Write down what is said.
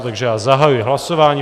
Takže zahajuji hlasování.